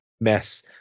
mess